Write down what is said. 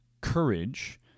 courage